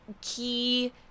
key